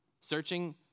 searching